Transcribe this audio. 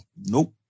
Nope